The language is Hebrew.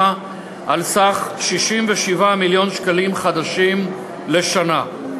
על סך 67 מיליון שקלים חדשים לשנה.